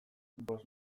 bost